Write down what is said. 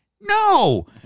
no